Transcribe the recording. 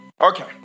Okay